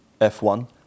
F1